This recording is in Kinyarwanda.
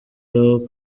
léon